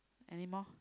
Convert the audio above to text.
anymore